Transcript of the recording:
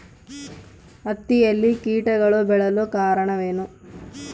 ಹತ್ತಿಯಲ್ಲಿ ಕೇಟಗಳು ಬೇಳಲು ಕಾರಣವೇನು?